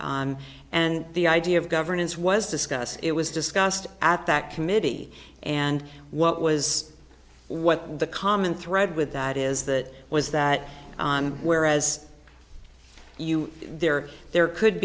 and the idea of governance was discussed it was discussed at that committee and what was what the common thread with that is that was that whereas you there there could